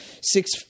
six